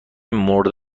مورد